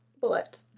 bullet